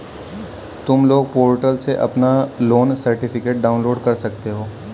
तुम loan portal से अपना लोन सर्टिफिकेट डाउनलोड कर सकते हो